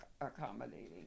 accommodating